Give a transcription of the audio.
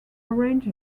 arranged